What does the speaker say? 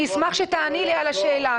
אני אשמח שתעני לי על השאלה.